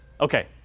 Okay